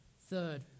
Third